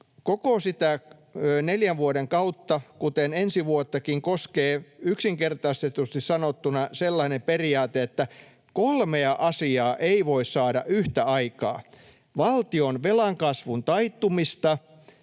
koko sitä neljän vuoden kautta, kuten ensi vuottakin, koskee yksinkertaistetusti sanottuna sellainen periaate, että kolmea asiaa ei voi saada yhtä aikaa: valtionvelan kasvun taittumista,